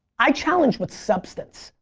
i challenge with substance.